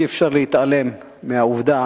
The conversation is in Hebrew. אי-אפשר להתעלם מהעובדה